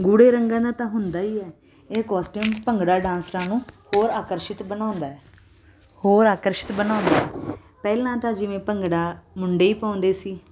ਗੂੜ੍ਹੇ ਰੰਗਾਂ ਦਾ ਤਾਂ ਹੁੰਦਾ ਹੀ ਹੈ ਇਹ ਕੋਸਟਿਊਮ ਭੰਗੜਾ ਡਾਂਸਰਾਂ ਨੂੰ ਹੋਰ ਆਕਰਸ਼ਿਤ ਬਣਾਉਂਦਾ ਹੋਰ ਆਕਰਸ਼ਿਤ ਬਣਾਉਂਦਾ ਪਹਿਲਾਂ ਤਾਂ ਜਿਵੇਂ ਭੰਗੜਾ ਮੁੰਡੇ ਹੀ ਪਾਉਂਦੇ ਸੀ